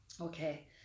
Okay